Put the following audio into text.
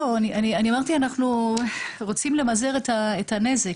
אני אמרתי שאנחנו רוצים למזער את הנזק,